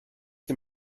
ein